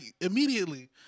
immediately